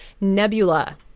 Nebula